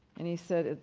and he said,